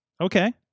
Okay